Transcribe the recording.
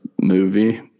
movie